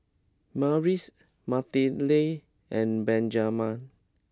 Marquise Matilde and Benjamen